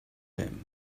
him